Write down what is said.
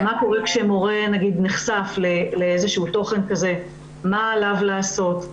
ומה קורה כאשר מורה נחשף לאיזשהו תוכן כזה ומה עליו לעשות.